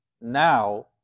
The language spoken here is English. now